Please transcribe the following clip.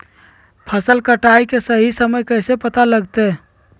फसल कटाई के सही समय के पता कैसे लगते?